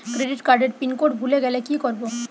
Credit কার্ডের pin code ভুলে গেলে কি করব?